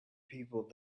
people